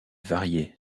variée